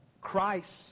Christ